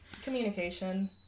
Communication